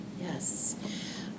Yes